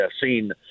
seen